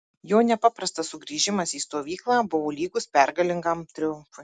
jo nepaprastas sugrįžimas į stovyklą buvo lygus pergalingam triumfui